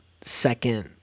second